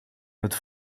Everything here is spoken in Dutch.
het